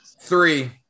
Three